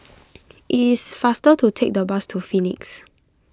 it is faster to take the bus to Phoenix